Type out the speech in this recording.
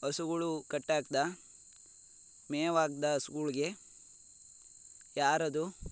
ಹಸುಗುಳು ಕಟ್ಟಾಕ್ದ್ಯ ಮೇವಾಕ್ದ್ಯ ಹಸುಗಳ್ಗೆ ಯಾರದು